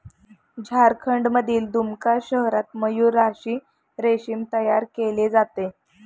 झारखंडमधील दुमका शहरात मयूराक्षी रेशीम तयार केले जाते